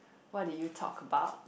what did you talk about